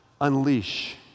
unleash